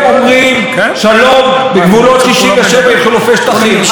הם אומרים: שלום בגבולות 67' עם חילופי שטחים.